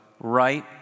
right